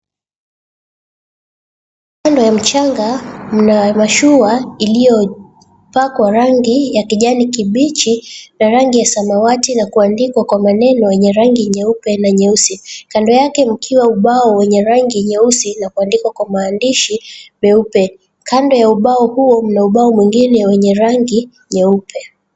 Kando ya mchanga mna mashua iliyopakwa rangi ya kijani kibichi na rangi ya samawati na kuandikwa kwa maneno yenye rangi nyeupe na nyeusi, kando yake mkiwa ubao wenye rangi nyeusi na kuandikwa kwa maandishi meupe kando ya ubao huo mna ubao wengine wenye rangi nyeupe.